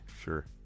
sure